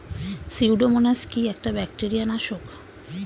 Pseudomonas কি একটা bacteria নাশক?